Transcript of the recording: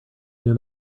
new